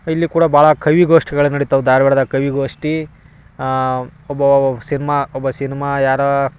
ಇಲ್ಲಿ ಕೂಡ ಭಾಳ ಕವಿ ಗೋಷ್ಠಿಗಳು ನಡಿತಾವು ಧಾರ್ವಾಡ್ದಾಗ ಕವಿ ಗೋಷ್ಠಿ ಒಬ್ಬ ಸಿನಿಮಾ ಒಬ್ಬ ಸಿನಿಮಾ ಯಾರು